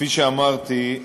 כפי שאמרתי,